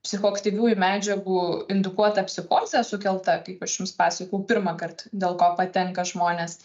psichoaktyviųjų medžiagų indukuota psichozė sukelta kaip aš jums pasakojau pirmąkart dėl ko patenka žmonės